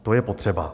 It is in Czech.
To je potřeba.